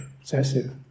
obsessive